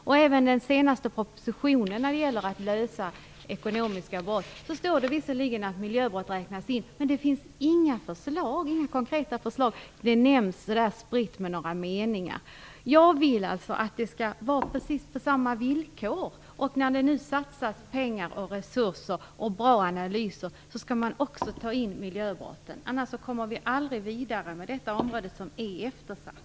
Även i den senaste propositionen om ekonomisk brottslighet står det visserligen att miljöbrott skall räknas in. Men det finns inga konkreta förslag. Miljöbrotten nämns så där spritt i några meningar. Jag vill att villkoren skall vara precis desamma som för bekämpning av ekonomiska brott. När det nu satsas pengar, resurser och bra analyser skall man också ta med miljöbrotten. Annars kommer vi aldrig vidare på detta område som är eftersatt.